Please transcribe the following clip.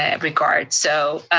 and regard. so,